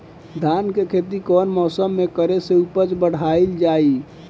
धान के खेती कौन मौसम में करे से उपज बढ़ाईल जाई?